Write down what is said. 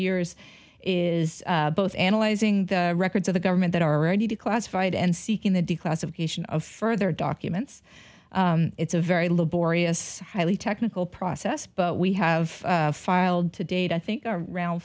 years is both analyzing the records of the government that are already declassified and seeking the declassification of further documents it's a very laborious highly technical process but we have filed to date i think ar